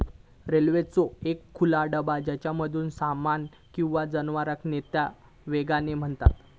रेल्वेचो एक खुला डबा ज्येच्यामधसून सामान किंवा जनावरांका नेतत वॅगन म्हणतत